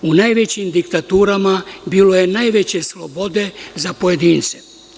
U najvećim diktaturama bilo je najveće slobode za pojedince.